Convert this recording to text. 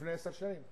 לפני עשר שנים,